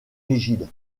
rigide